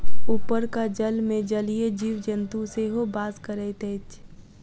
उपरका जलमे जलीय जीव जन्तु सेहो बास करैत अछि